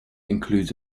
includes